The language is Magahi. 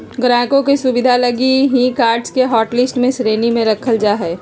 ग्राहकों के सुविधा लगी ही कार्ड्स के हाटलिस्ट के श्रेणी में रखल जा हइ